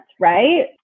right